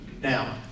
Now